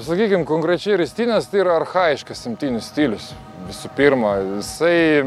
sakykim konkrečiai ristynės tai yra archajiškas imtynių stilius visų pirma visai